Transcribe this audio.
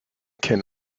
can